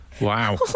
Wow